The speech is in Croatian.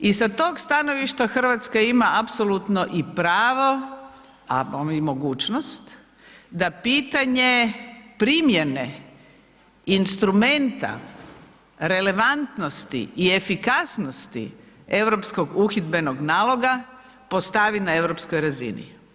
I sa tog stanovišta Hrvatska ima apsolutno i pravo, a bome i mogućnost da pitanje primjene instrumenta relevantnosti i efikasnosti Europskog uhidbenog naloga postavi na europskoj razini.